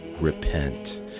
repent